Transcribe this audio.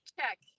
check